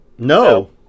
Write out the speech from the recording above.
No